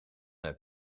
het